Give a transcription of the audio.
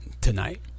tonight